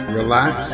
relax